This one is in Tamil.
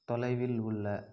தொலைவில் உள்ள